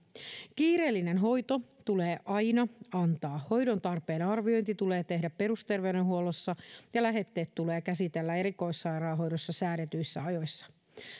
kiireellinen hoito tulee aina antaa hoidon tarpeen arviointi tulee tehdä perusterveydenhuollossa ja lähetteet tulee käsitellä erikoissairaanhoidossa säädetyissä rajoissa